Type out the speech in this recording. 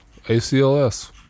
ACLS